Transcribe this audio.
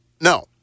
No